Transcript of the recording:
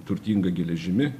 turtinga geležimi